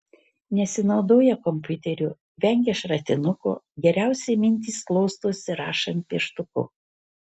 nesinaudoja kompiuteriu vengia šratinuko geriausiai mintys klostosi rašant pieštuku